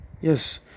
Yes